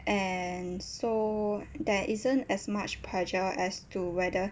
and so there isn't as much pressure as to whether